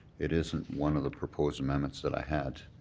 it isn't one of the proposed amendments that i had.